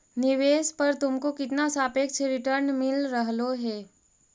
निवेश पर तुमको कितना सापेक्ष रिटर्न मिल रहलो हे